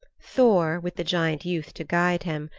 thor, with the giant youth to guide him,